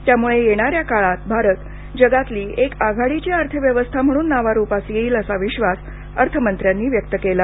त्यामुळे येणाऱ्या काळात भारत जगातील एक आघाडीची अर्थव्यवस्था म्हणून नावारूपास येईल असा विश्वास अर्थमंत्र्यांनी व्यक्त केला